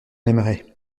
aimerait